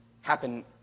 happen